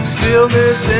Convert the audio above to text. Stillness